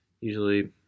Usually